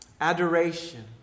adoration